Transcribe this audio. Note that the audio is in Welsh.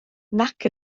nac